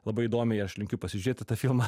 labai įdomiai aš linkiu pasižiūrėti tą filmą